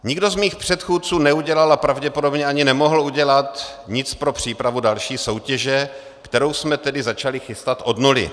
Nikdo z mých předchůdců neudělal a pravděpodobně ani nemohl udělat nic pro přípravu další soutěže, kterou jsme tedy začali chystat od nuly.